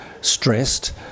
stressed